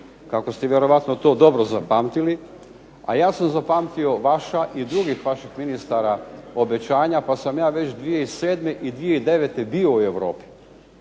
kako ste vjerojatno to dobro zapamtili, a ja sam zapamtio vaša i drugih vaših ministara obećanja, pa sam ja već 2007. i 2009. bio u Europi,